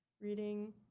reading